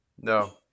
No